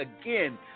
again